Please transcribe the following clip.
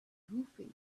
goofy